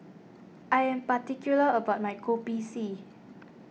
I am particular about my Kopi C